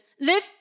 live